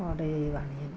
order ചെയ്യുവാണ് ഞാൻ